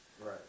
Right